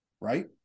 right